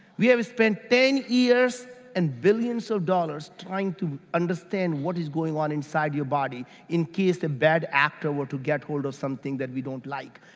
we have spent ten years and billions of dollars trying to understand what's going on inside your body in case a bad actor were to get hold of something that we don't like.